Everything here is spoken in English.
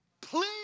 Please